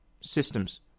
systems